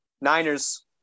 Niners